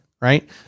right